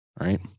Right